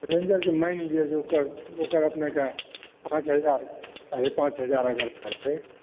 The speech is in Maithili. रेंजरके मानि लिअ जे ओकर ओकर अपनेकेँ पाँच हजार साढ़े पाँच हजार अगर पड़तै